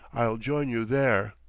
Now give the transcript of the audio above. i'll join you there.